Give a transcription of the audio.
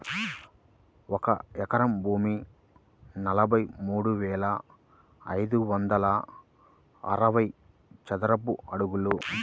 ఒక ఎకరం భూమి నలభై మూడు వేల ఐదు వందల అరవై చదరపు అడుగులు